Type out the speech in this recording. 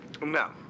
No